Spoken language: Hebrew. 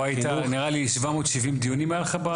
פה היית נראה לי 770 דיונים היה לך?